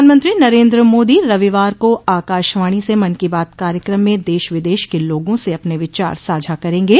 प्रधानमंत्री नरेन्द्र मोदी रविवार को आकाशवाणी से मन की बात कार्यक्रम में देश विदश के लोगों से अपने विचार साझा करेंगे